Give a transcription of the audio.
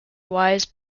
wise